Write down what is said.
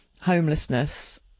homelessness